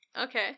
Okay